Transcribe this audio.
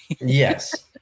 Yes